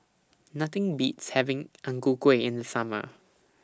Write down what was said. Nothing Beats having Ang Ku Kueh in The Summer